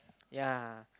ya